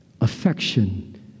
affection